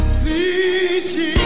please